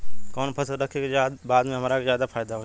कवन फसल रखी कि बाद में हमरा के ज्यादा फायदा होयी?